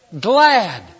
glad